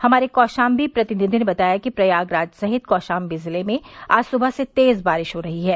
हमारे कौशाम्बी प्रतिनिधि ने बताया कि प्रयागराज सहित कौशाम्बी जिले में आज सुबह से तेज बारिश हो रही है